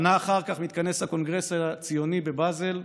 שנה אחר כך מתכנס הקונגרס הציוני בבאזל,